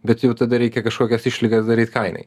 bet jau tada reikia kašokias išlygas daryt kainai